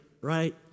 right